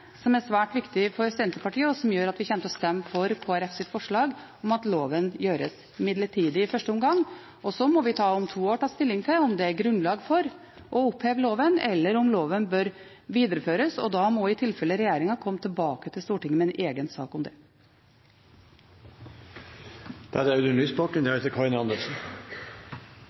som er svært viktig for Senterpartiet, og som gjør at vi kommer til å stemme for Kristelig Folkepartis forslag om at loven gjøres midlertidig i første omgang. Så må vi om to år ta stilling til om det er grunnlag for å oppheve loven, eller om loven bør videreføres. Da må i tilfelle regjeringen komme tilbake til Stortinget med en egen sak om det. Når det nå ser ut til at det er